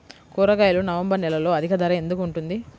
కూరగాయలు నవంబర్ నెలలో అధిక ధర ఎందుకు ఉంటుంది?